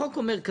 החוק אומר: